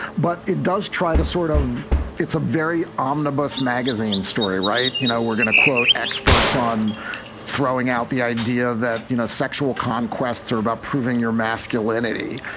but it does try to sort of it's a very um ominous bus magazine story. right. you know, we're going to quote experts on throwing out the idea that, you know, sexual conquests are about proving your masculinity.